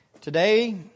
Today